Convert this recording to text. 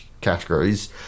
categories